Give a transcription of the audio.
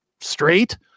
straight